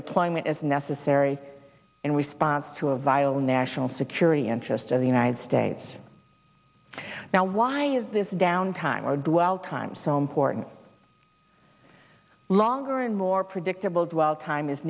deployment is necessary and response to a vile national security interest of the united states now why is this downtime or dwell time so important longer and more predictable dwell time is